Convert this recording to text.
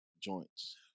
Joints